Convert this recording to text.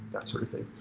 that sort of thing.